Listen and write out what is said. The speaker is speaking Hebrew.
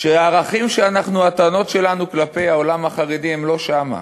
והטענות שלנו כלפי העולם החרדי הן לא שם,